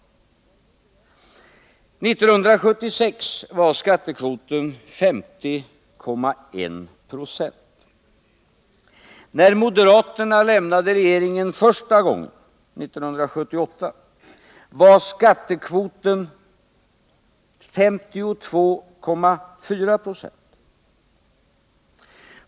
1976 var skattekvoten 50,1 20. När moderaterna lämnade regeringen första gången, 1978, var skattekvoten 52,4 20.